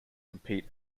compete